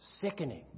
sickening